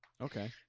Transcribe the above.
Okay